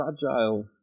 fragile